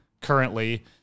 currently